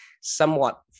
somewhat